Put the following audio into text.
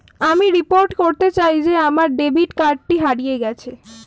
আমি রিপোর্ট করতে চাই যে আমার ডেবিট কার্ডটি হারিয়ে গেছে